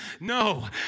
No